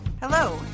hello